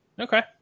Okay